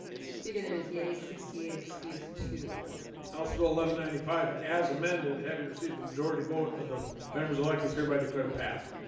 mr. speaker there is yeah a sixty eight excuse to house will eleven ninety five as amended having received the majority vote of the members electors hereby declare past